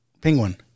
Penguin